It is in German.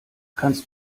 kannst